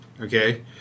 Okay